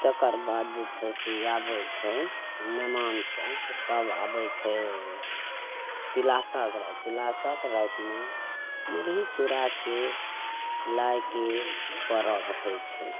तकरबाद जे छै से आबय छै नेमान सब तब आबय छै तिला सङ्क्राति तिला सङ्क्रातिमे मुरही चूड़ाके लाके पर्व होइ छै